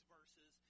Verses